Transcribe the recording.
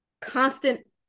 constant